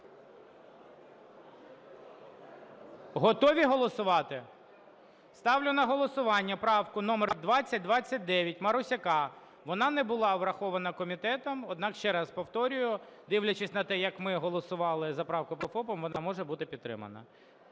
Готові голосувати? Ставлю на голосування правку 2029, Марусяка. Вона не була врахована комітетом, однак, ще раз повторюю, дивлячись на те, як ми голосували за правку по ФОПам, вона може бути підтримана.